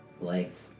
liked